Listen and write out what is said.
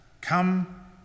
come